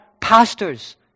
pastors